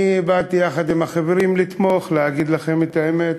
באתי יחד עם החברים לתמוך, להגיד לכם את האמת,